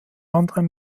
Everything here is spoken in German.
anderen